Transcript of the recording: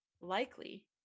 Likely